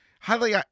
highly